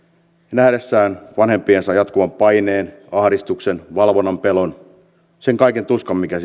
nähdessään vanhempiensa jatkuvan paineen ahdistuksen valvonnan pelon sen kaiken tuskan mikä